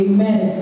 Amen